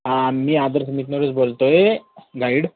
हां मी आदर्स मीटमधूनच बोलतो आहे गाईड